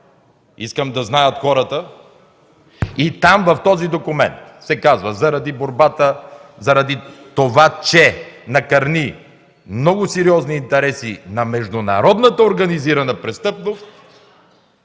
хората да знаят. Там, в този документ се казва: „Заради борбата, заради това, че накърни много сериозни интереси на международната организирана престъпност,